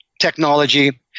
technology